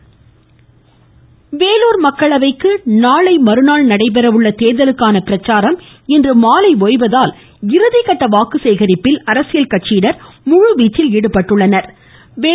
வேலா் வேலூர் மக்களவைக்கு நாளைமற்நாள் நடைபெற உள்ள தேர்தலுக்கான பிரச்சாரம் இன்று மாலை ஒய்வதால் இறுதிகட்ட வாக்குச்சேகரிப்பில் அரசியல் கட்சியினர் முழு வீச்சில் ஈடுபட்டுள்ளனர்